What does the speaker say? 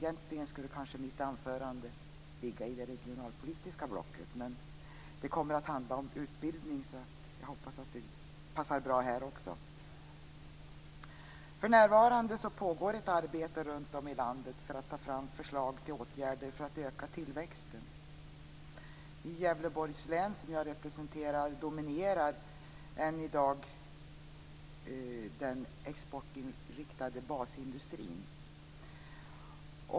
Egentligen skulle kanske mitt anförande ligga i det regionalpolitiska blocket, men det kommer att handla om utbildning, så jag hoppas att det passar bra här också. För närvarande pågår ett arbete runt om i landet för att ta fram förslag till åtgärder för att öka tillväxten. I Gävleborgs län, som jag representerar, dominerar än i dag den exportinriktade basindustrin.